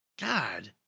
God